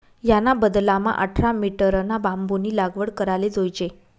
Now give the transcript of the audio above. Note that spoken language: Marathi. याना बदलामा आठरा मीटरना बांबूनी लागवड कराले जोयजे